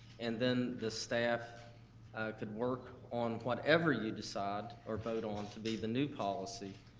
and then the staff could work on whatever you decide or vote on to be the new policy.